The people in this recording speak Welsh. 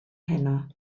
heno